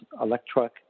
electric